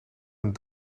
een